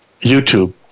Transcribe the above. YouTube